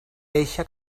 eixa